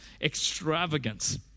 extravagance